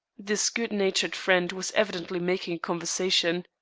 this good-natured friend was evidently making a conversation.